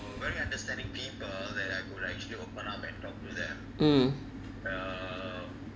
mm